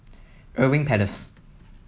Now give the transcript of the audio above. Irving Place